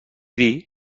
dir